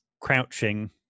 crouching